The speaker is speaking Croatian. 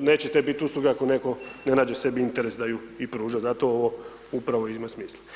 neće to biti usluga ako netko ne nađe sebi interes da ju i pruža, zato ovo upravo i ima smisla.